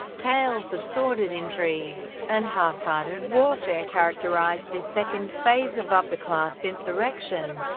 tales of sordid intrigue and half-hearted warfare characterized this second phase of upper-class insurrection.